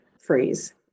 phrase